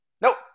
Nope